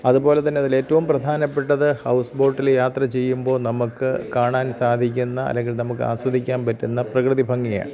അതുപോലെതന്നെ അതിലേറ്റവും പ്രധാനപ്പെട്ടത് ഹൗസ് ബോട്ടില് യാത്ര ചെയ്യുമ്പം നമുക്ക് കാണാൻ സാധിക്കുന്ന അല്ലെങ്കിൽ നമുക്കാസ്വദിക്കാൻ പറ്റുന്ന പ്രകൃതി ഭംഗിയാണ്